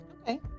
Okay